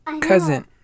cousin